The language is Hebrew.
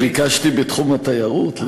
אני ביקשתי בתחום התיירות?